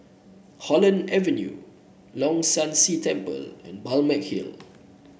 Holland Avenue Leong San See Temple and Balmeg Hill